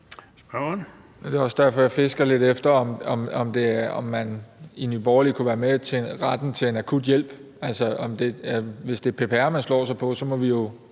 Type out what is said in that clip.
Det er også derfor, jeg fisker lidt efter, om man i Nye Borgerlige kunne være med til at kigge på retten til en akut hjælp. Altså, hvis det er PPR, man slår sig på, må vi jo